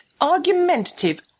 argumentative